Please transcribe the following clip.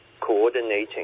coordinating